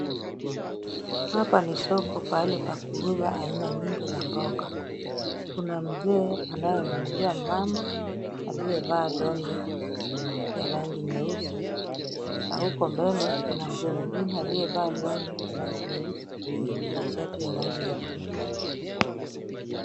Hapa ni soko pahali pakuuza aina nyingi za mboga. Kuna mzee anayemuuzia mumama aliyevaa longi ya rangi nyeusi na huko mbele kuna mzee mwingine aliyevaa longi nyeusi na shati ya rangi ya bluu.